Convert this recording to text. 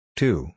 two